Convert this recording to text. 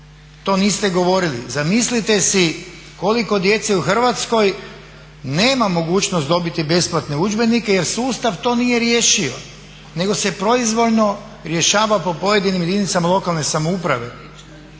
To niste govorili. Zamislite si koliko djece u Hrvatskoj nema mogućnost dobiti besplatne udžbenike jer sustav to nije riješio nego se proizvoljno rješava po pojedinim jedinicama lokalne samouprave.